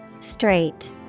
Straight